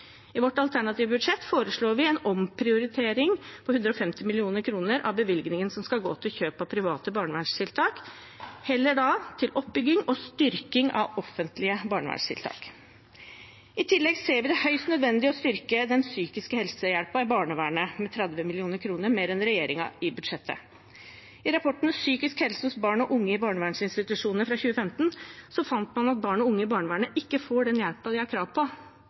I vårt alternative budsjett foreslår vi en omprioritering på 150 mill. kr av bevilgningen som skal gå til kjøp av private barnevernstiltak – heller da til oppbygging og styrking av offentlige barnevernstiltak. I tillegg ser vi det høyst nødvendig å styrke den psykiske helsehjelpen i barnevernet i budsjettet med 30 mill. kr mer enn regjeringen. I rapporten Psykisk helse hos barn og unge i barneverninstitusjoner, fra 2015, fant man at barn og unge i barnevernet ikke får den hjelpen de har krav på.